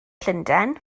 llundain